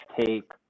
take